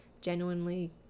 genuinely